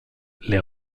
les